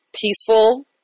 peaceful